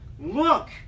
look